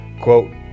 Quote